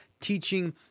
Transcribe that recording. teaching